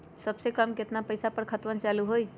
सबसे कम केतना पईसा पर खतवन चालु होई?